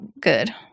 Good